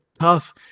tough